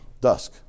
dusk